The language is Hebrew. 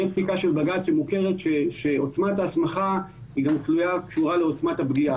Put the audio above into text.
שאם פסיקה של בג"ץ שמוכרת שעוצמת ההסמכה גם קשורה בעוצמת הפגיעה.